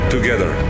Together